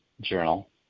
journal